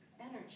energy